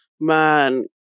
Man